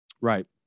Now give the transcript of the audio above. right